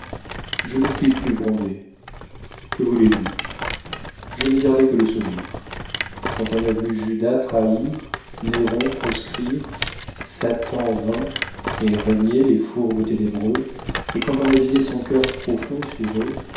je ne puis plus gronder que voulez-vous je n'ai gardé que le sourire quand on a vu judas trahir néron proscrire satan vaincre et régner les fourbes ténébreux et quand on a vidé son cœur profond sur eux